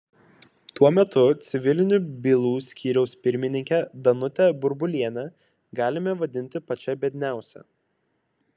tuo metu civilinių bylų skyriaus pirmininkę danutę burbulienę galime vadinti pačia biedniausia